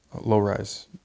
low-rise